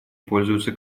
пользуется